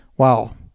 Wow